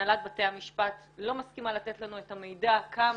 הנהלת בתי המשפט לא מסכימה לתת לנו את המידע כמה,